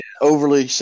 overly